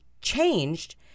changed